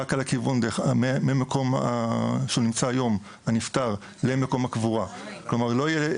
רק ממקום הפטירה אל הקבורה ולא לכיוון